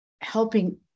helping